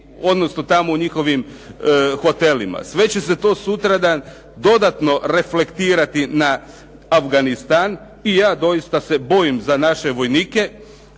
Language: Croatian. odnosno tamo u njihovim hotelima. Sve će se to sutradan dodatno reflektirati na Afganistan i ja doista se bojim za naše vojnike.